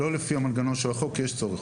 לא לפי המנגנון של החוק אלא כי יש צורך.